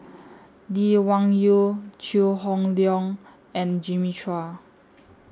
Lee Wung Yew Chew Hock Leong and Jimmy Chua